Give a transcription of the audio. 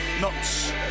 nuts